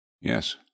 Yes